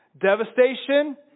devastation